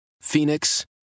Phoenix